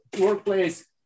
workplace